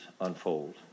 unfold